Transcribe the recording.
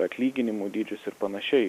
atlyginimų dydžius ir panašiai